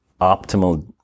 optimal